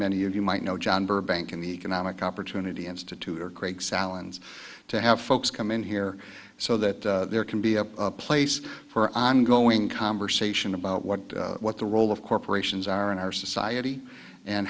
many of you might know john burbank in the economic opportunity institute or craig salans to have folks come in here so that there can be a place for ongoing conversation about what what the role of corporations are in our society and